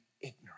ignorant